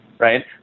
right